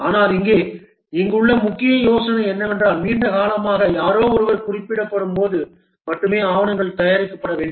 ஆனால் இங்கே இங்குள்ள முக்கிய யோசனை என்னவென்றால் நீண்ட காலமாக யாரோ ஒருவர் குறிப்பிடப்படும்போது மட்டுமே ஆவணங்கள் தயாரிக்கப்பட வேண்டும்